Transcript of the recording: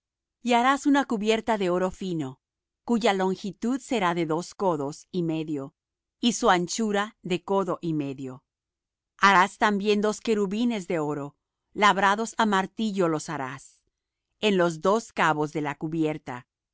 y harás una cubierta de oro fino cuya longitud será de dos codos y medio y su anchura de codo y medio harás también dos querubines de oro labrados á martillo los harás en los dos cabos de la cubierta